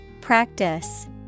practice